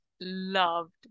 loved